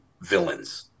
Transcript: villains